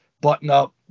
button-up